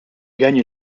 gagne